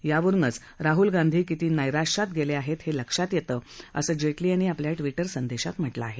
यावरुनच राहूल गांधी किती नैराशात गेले आहेत हे लक्षात येतं असं जेटली यांनी आपल्या ट्विटर संदेशात म्हटलं आहे